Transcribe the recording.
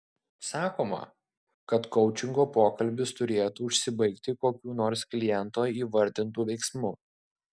sakoma kad koučingo pokalbis turėtų užsibaigti kokiu nors kliento įvardintu veiksmu